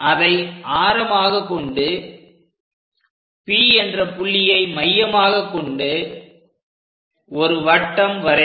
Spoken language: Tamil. அதை ஆரமாக கொண்டு P என்ற புள்ளியை மையமாகக் கொண்டு ஒரு வட்டம் வரைக